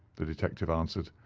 the detective answered.